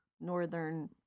northern